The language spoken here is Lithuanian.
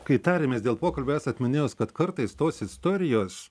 kai tarėmės dėl pokalbio esat minėjus kad kartais tos istorijos